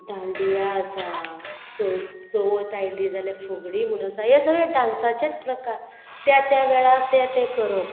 दांडिया आसा चव चवथ आयली जाल्यार फुगडी म्हूण आसा हे सगळे डांसाचेत प्रकार त्या त्या त्या वेळार तें तें करप